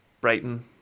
Brighton